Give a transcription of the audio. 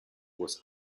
was